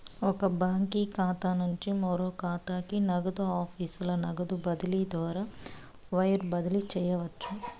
ఒక బాంకీ ఖాతా నుంచి మరో కాతాకి, నగదు ఆఫీసుల నగదు బదిలీ ద్వారా వైర్ బదిలీ చేయవచ్చు